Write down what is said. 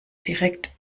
direkt